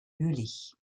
jülich